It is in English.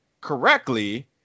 correctly